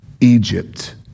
Egypt